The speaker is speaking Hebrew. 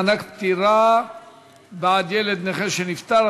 מענק פטירה בעד ילד נכה שנפטר),